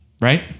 right